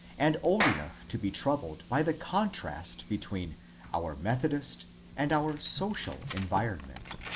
and old enough to be troubled by the contrast between our metho dist and our social environment.